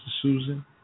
Susan